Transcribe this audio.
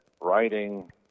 writing